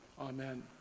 amen